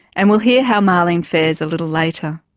and we'll hear how marlene fares a little later.